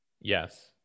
yes